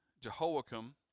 Jehoiakim